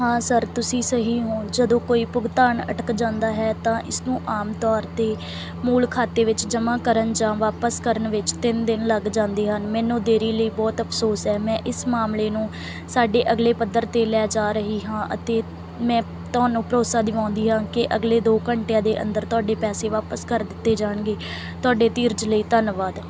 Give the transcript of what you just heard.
ਹਾਂ ਸਰ ਤੁਸੀਂ ਸਹੀ ਹੋ ਜਦੋਂ ਕੋਈ ਭੁਗਤਾਨ ਅਟਕ ਜਾਂਦਾ ਹੈ ਤਾਂ ਇਸਨੂੰ ਆਮ ਤੌਰ 'ਤੇ ਮੂਲ ਖਾਤੇ ਵਿੱਚ ਜਮ੍ਹਾਂ ਕਰਨ ਜਾਂ ਵਾਪਸ ਕਰਨ ਵਿੱਚ ਤਿੰਨ ਦਿਨ ਲੱਗ ਜਾਂਦੇ ਹਨ ਮੈਨੂੰ ਦੇਰੀ ਲਈ ਬਹੁਤ ਅਫ਼ਸੋਸ ਹੈ ਮੈਂ ਇਸ ਮਾਮਲੇ ਨੂੰ ਸਾਡੇ ਅਗਲੇ ਪੱਧਰ 'ਤੇ ਲੈ ਜਾ ਰਹੀ ਹਾਂ ਅਤੇ ਮੈਂ ਤੁਹਾਨੂੰ ਭਰੋਸਾ ਦਿਵਾਉਂਦੀ ਹਾਂ ਕਿ ਅਗਲੇ ਦੋ ਘੰਟਿਆਂ ਦੇ ਅੰਦਰ ਤੁਹਾਡੇ ਪੈਸੇ ਵਾਪਸ ਕਰ ਦਿੱਤੇ ਜਾਣਗੇ ਤੁਹਾਡੇ ਧੀਰਜ ਲਈ ਧੰਨਵਾਦ